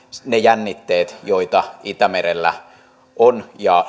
ne jännitteet joita itämerellä on ja